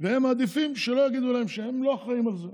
והם מעדיפים שלא יגידו להם שהם אחראים לזה.